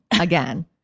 again